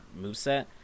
moveset